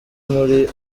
muri